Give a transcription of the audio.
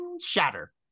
shatter